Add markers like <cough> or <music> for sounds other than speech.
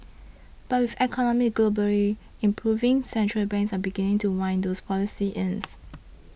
but with economies globally improving central banks are beginning to wind those policies in <noise>